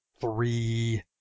three